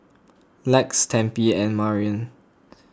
Lex Tempie and Marian